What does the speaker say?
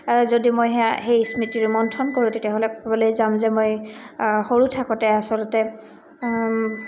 যদি মই সে সেই স্মৃতি ৰোমন্থন কৰোঁ তেতিয়াহ'লে ক'বলৈ যাম যে মই সৰু থাকোঁতে আচলতে